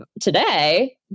today